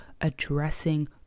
addressing